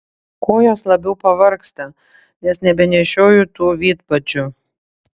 kojos labiau pavargsta nes nebenešioju tų vidpadžių